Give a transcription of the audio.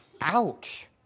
Ouch